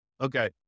okay